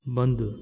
बंदि